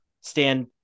stand